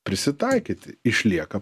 prisitaikyti išlieka